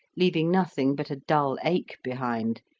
leaving nothing but a dull ache behind,